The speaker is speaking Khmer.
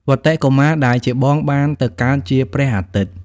វត្តិ កុមារ ដែលជាបងបានទៅកើតជា ព្រះអាទិត្យ។